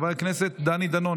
חבר הכנסת דני דנון,